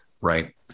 Right